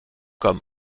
comme